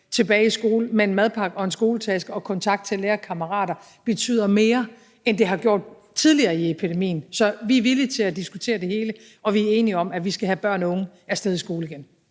tilbage i skole med en madpakke og en skoletaske og kontakt til lærere og kammerater betyder mere, end det har gjort tidligere i epidemien. Så vi er villige til at diskutere det hele, og vi er enige om, at vi skal have børn og unge af sted i skole igen.